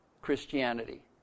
Christianity